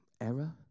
error